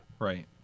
Right